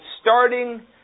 starting